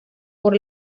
por